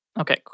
Okay